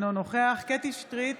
אינו נוכח קטי קטרין שטרית,